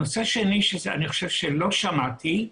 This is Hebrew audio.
נושא שני שאני חושב שלא שמעתי,